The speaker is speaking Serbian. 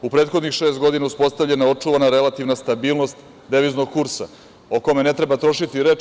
U prethodnih šest godina uspostavljena je i očuvana relativna stabilnost deviznog kursa o kome ne treba trošiti reči.